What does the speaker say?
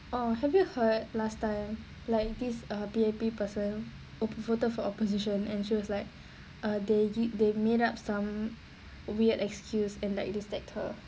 oh have you heard last time like this a P_A_P person voted for opposition and she was like uh they give they made up some weird excuse in like this sector